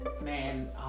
man